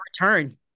return